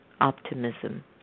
optimism